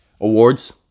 awards